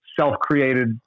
self-created